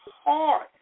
hard